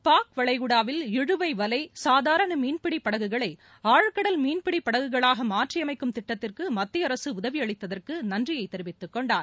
பாக் வளைகுடாவில் இழுவை வலை சாதாரண மீன்பிடி படகுகளை ஆழ்கடல் மீன்படி படகுகளாக மாற்றியமைக்கும் திட்டத்திற்கு மத்திய அரசு உதவி அளித்ததற்கு நன்றியை தெரிவித்துக்கொண்டார்